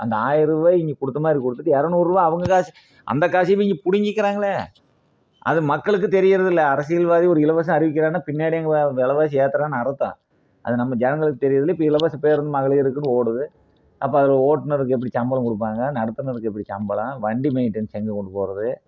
அந்த ஆயிர் ரூபாய நீ கொடுத்த மாதிரி கொடுத்துட்டு இரநூறுவா அவங்க காசு அந்த காசையும் இவங்க பிடுங்கிக்கிறாங்களே அது மக்களுக்கு தெரியறது இல்லை அரசியல்வாதி ஒரு இலவசம் அறிவிக்கிறான்னா பின்னாடி அங்கே விலவாசி ஏத்துறான்னு அர்த்தோம் அது நம்ம ஜனங்களுக்கு தெரியறது இல்லை இப்போ இலவச பேருந்து மகளிருக்குனு ஓடுது அப்போ அதில் ஓட்டுனருக்கு எப்படி சம்பளம் கொடுப்பாங்க நடத்துனருக்கு எப்படி சம்பளம் வண்டி மெயிண்டைன்ஸ் எங்கே கொண்டு போவது